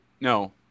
No